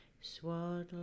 Swaddle